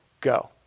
Go